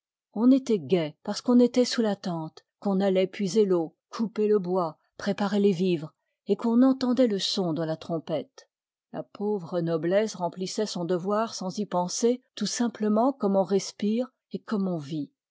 on étoit gai i piirr parce qu'on dtoitsoiis la tente qu'on alioh hm i puiser l'eau couper le bois préparer les ivres et qu'on en tendoit le son de la trompette la pauvre noblesse remplissoit son devoir sans y penser tout simplement comme on respire et comme on vit